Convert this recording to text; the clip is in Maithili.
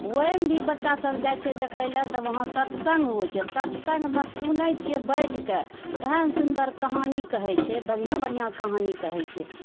ओहेमे भी बच्चा सभ जाइत छै देखए लऽ तऽ उहाँ सत्सङ्ग होइत छै सत्सङ्गमे सुनै छिऐ बैठि कऽ एहन सुन्दर कहानी कहैत छै बढ़िआँ बढ़िआँ कहानी कहैत छै